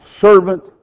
servant